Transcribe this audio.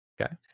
Okay